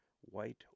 white